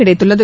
கிடைத்துள்ளது